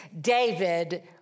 David